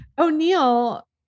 O'Neill